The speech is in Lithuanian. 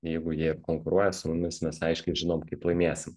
jeigu jie ir konkuruoja su mumis mes aiškiai žinom kaip laimėsim